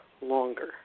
longer